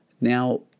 now